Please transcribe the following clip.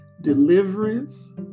deliverance